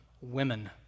women